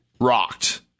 rocked